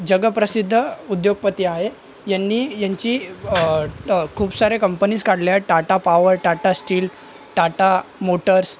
जगप्रसिद्ध उद्योगपती आहे यांनी यांची खूप साऱ्या कंपनीज काढल्यात Tata Power Tata Steel Tata Motors